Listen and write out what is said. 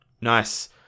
Nice